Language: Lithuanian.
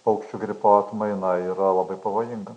paukščių gripo atmaina yra labai pavojinga